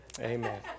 amen